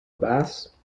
bass